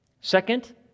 Second